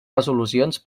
resolucions